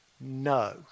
no